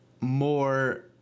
more